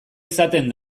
izaten